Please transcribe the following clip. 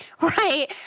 Right